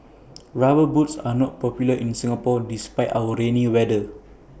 rubber boots are not popular in Singapore despite our rainy weather